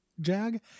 jag